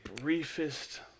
briefest